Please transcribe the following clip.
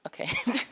Okay